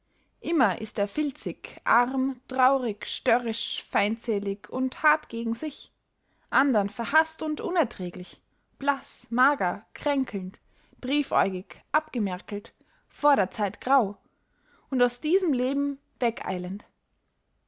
immer ist er filzig arm traurig störrisch feindselig und hart gegen sich andern verhaßt und unerträglich blaß mager kränkelnd triefäugig abgemärkelt vor der zeit grau und aus diesem leben wegeilend